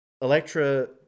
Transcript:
electra